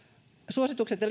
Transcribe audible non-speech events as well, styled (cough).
suositukset ja (unintelligible)